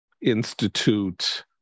Institute